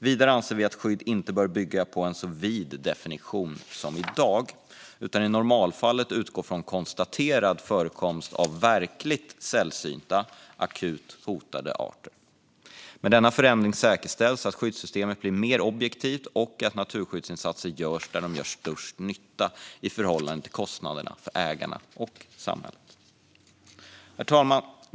Vidare anser vi att skydd inte bör bygga på en så vid definition som i dag utan i normalfallet utgå från konstaterad förekomst av verkligt sällsynta, akut hotade arter. Med denna förändring säkerställs att skyddssystemet blir mer objektivt och att naturskyddsinsatser görs där de gör störst nytta i förhållande till kostnaderna för ägarna och samhället. Herr talman!